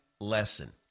lesson